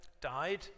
died